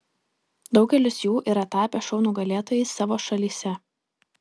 daugelis jų yra tapę šou nugalėtojais savo šalyse